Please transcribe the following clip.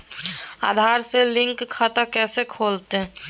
आधार से लिंक खाता कैसे खुलते?